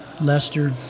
Lester